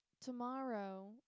tomorrow